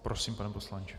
Prosím, pane poslanče.